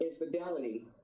infidelity